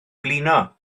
blino